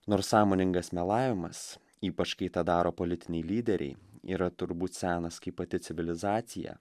nors sąmoningas melavimas ypač kai tą daro politiniai lyderiai yra turbūt senas kaip pati civilizacija